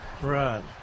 Right